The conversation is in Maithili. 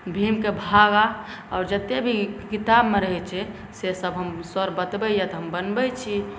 भिन्नके भागा आओर जतेक भी किताबमे रहै छै से सब हम सर बतबैए तऽ हम बनबै छी